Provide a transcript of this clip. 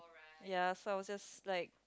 ya so I was just like